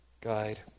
guide